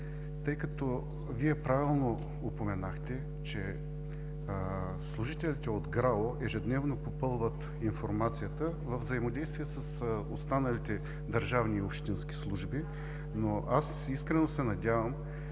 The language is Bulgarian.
Тъй като Вие правилно упоменахте, че служителите от ГРАО ежедневно попълват информацията във взаимодействие с останалите държавни и общински служби, но аз искрено се надявам,